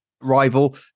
rival